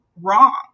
wrong